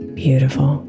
beautiful